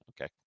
okay